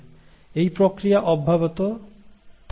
এই প্রক্রিয়া অব্যাহত থাকবে